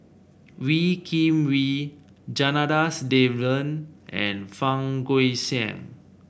Wee Kim Wee Janadas Devan and Fang Guixiang